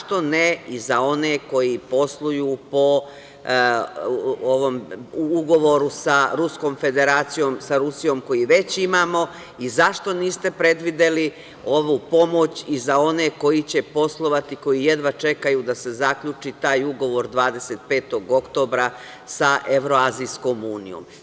Zašto ne i za one koji posluju po Ugovoru za Ruskom Federacijom, sa Rusijom, koji već imamo i zašto niste predvideli ovu pomoć i za one koji će poslovati, koji jedva čekaju da se zaključi taj ugovor 25. oktobra sa Evro-azijskom unijom?